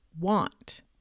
want